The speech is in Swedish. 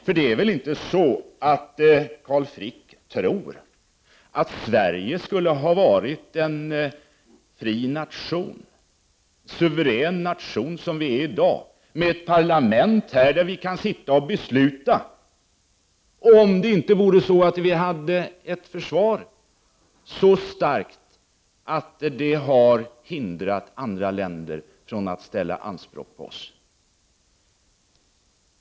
För Carl Frick tror väl inte att Sverige skulle ha varit den fria, suveräna nation som landet i dag är, med ett parlament där vi kan fatta beslut, om vi inte hade haft ett så starkt försvar att det hade hindrat andra länder från att göra anspråk på landet?